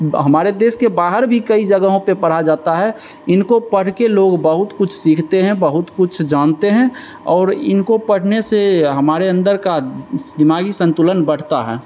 हमारे देश के बाहर भी कई जगहों पे पढ़ा जाता है इनको पढ़ के लोग बहुत कुछ सीखते हैं बहुत कुछ जानते हैं और इनको पढ़ने से हमारे अंदर का दिमागी संतुलन बढ़ता है